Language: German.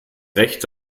recht